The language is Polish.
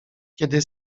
kiedy